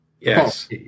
Yes